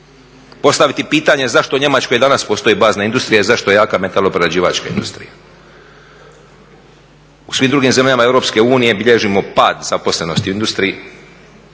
Postaviti pitanje zašto u Njemačkoj i danas postoji bazna industrija i zašto je jaka metaloprerađivačka industrija. U svim drugim zemljama EU bilježimo pad zaposlenosti u industriji,